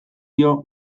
dio